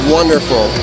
wonderful